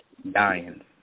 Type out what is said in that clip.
Dying